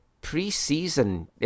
pre-season